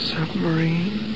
Submarine